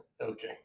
Okay